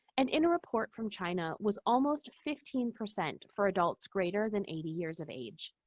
and in a report from china, was almost fifteen percent for adults greater than eighty years of age.